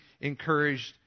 encouraged